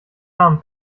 namen